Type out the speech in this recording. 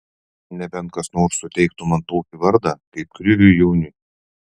nebent kas nors suteiktų man tokį vardą kaip kriviui jauniui